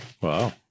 Wow